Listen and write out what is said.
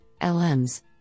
LMs